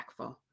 impactful